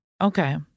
Okay